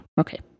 Okay